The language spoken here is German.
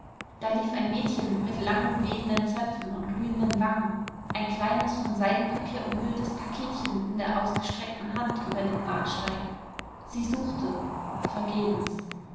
da lief ein mädchen mit langen wehenden zöpfen und glühenden wangen ein kleines von seidenpapier umhülltes paketchen in der ausgestreckten hand über den bahnsteig sie suchte vergebens